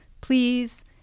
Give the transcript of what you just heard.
please